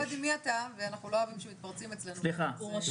אדוני, אנחנו לא אוהבים שמתפרצים אצלנו בוועדה.